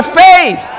faith